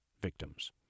victims